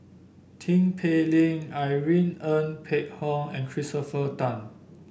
Tin Pei Ling Irene Ng Phek Hoong and Christopher Tan